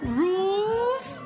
rules